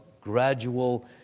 gradual